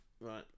Right